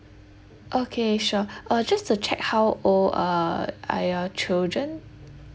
okay sure uh just to check how old uh are your children